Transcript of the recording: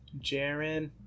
Jaren